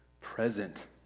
present